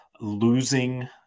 losing